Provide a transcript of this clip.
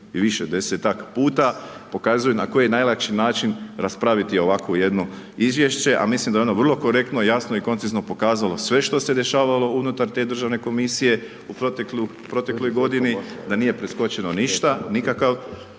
i više desetak puta, pokazuju na koji najlakši način raspraviti ovako jedno izvješće, a mislim da je ono vrlo korektno, jasno i koncizno pokazalo sve što se dešavalo unutar te Državne komisije u protekloj godini, da nije preskočeno ništa, nikakav